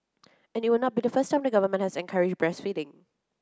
and it would not be the first time the government has encouraged breastfeeding